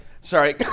Sorry